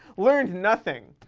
learned nothing.